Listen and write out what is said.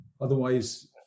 Otherwise